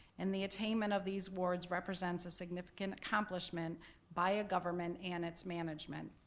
and the attainment of these awards represents a significant accomplishment by a government and its management.